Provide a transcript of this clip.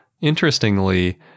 Interestingly